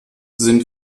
sind